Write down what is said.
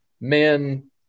men